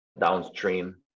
downstream